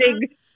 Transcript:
big